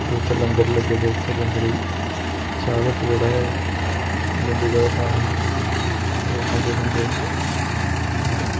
फ्ही उत्थें लंगर लग्गे दे उत्थें लंगरें दी चाह् ते पकोड़ा ऐ दिंदे ज्यादा खाने गी ते ओह् खंदे शंदे आं ते